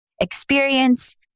experience